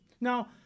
Now